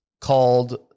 called